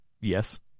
yes